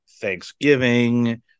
Thanksgiving